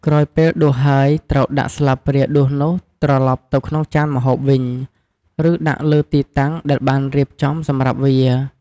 ក្រោយពេលដួសហើយ ត្រូវដាក់ស្លាបព្រាដួសនោះត្រឡប់ទៅក្នុងចានម្ហូបវិញ ឬដាក់លើទីតាំងដែលបានរៀបចំសម្រាប់វា។